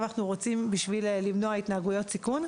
אנחנו רוצים בשביל למנוע התנהגויות סיכוי.